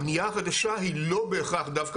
הבנייה החדשה היא לא בהכרח דווקא